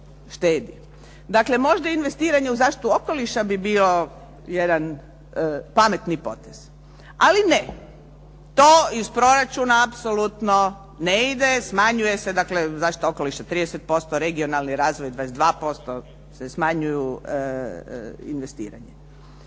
Dakle, možda investiranje u zaštitu okoliša bi bio jedan pametni potez. Ali ne. To iz proračuna apsolutno ne ide, smanjuje se dakle zaštita okoliša 30%, regionalni razvoj 22% se smanjuju investiranja.